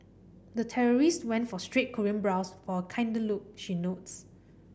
the terrorist went for straight Korean brows for kinder look she notes